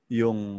yung